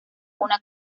una